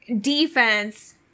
defense